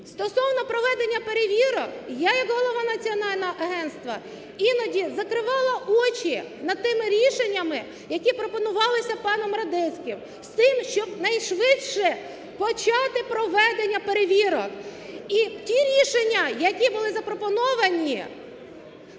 Стосовно проведення перевірок, я, як голова національного агенства, іноді закривала очі над тими рішеннями, які пропонувалися паном Радецьким з тим, щоб найшвидше почати проведення перевірок. І ті рішення, які були запропоновані,